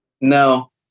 No